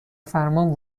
فرمان